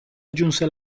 aggiunse